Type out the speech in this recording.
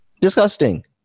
disgusting